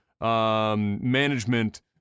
management